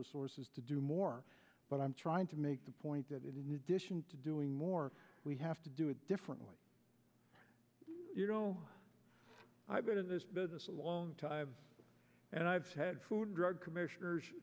resources to do more but i'm trying to make the point that in addition to doing more we have to do it differently you know i've been in this business a long time and i've had food drug commissioners